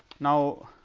now,